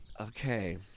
Okay